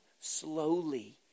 slowly